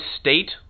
state